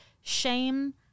shame